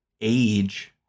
age